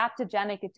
adaptogenic